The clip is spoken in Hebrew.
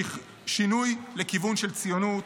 שינוי לכיוון של ציונות,